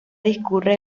discurre